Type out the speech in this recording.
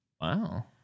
Wow